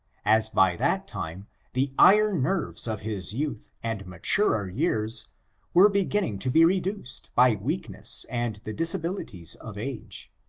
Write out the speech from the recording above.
as by that time the iron nerves of his youth and maturer years were beginning to be re duced by weakness and the disabilities of age.